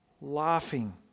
laughing